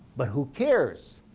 but who cares?